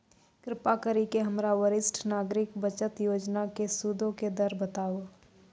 कृपा करि के हमरा वरिष्ठ नागरिक बचत योजना के सूदो के दर बताबो